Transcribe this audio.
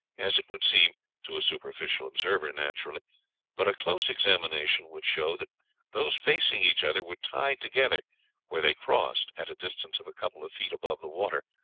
as it would seem to a superficial observer naturally but a close examination would show that those facing each other were tied together where they crossed at a distance of a couple of feet above the water,